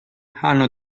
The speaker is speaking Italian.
hanno